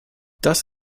das